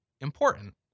important